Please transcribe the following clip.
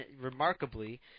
remarkably